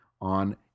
on